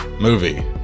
movie